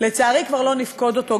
ולצערי כבר לא נפקוד אותו,